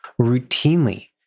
routinely